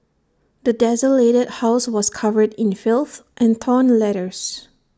the desolated house was covered in filth and torn letters